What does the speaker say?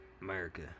America